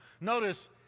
Notice